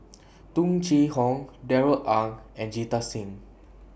Tung Chye Hong Darrell Ang and Jita Singh